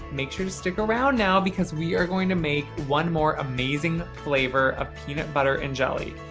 make sure to stick around now because we are going to make one more amazing flavor of peanut butter and jelly.